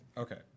Okay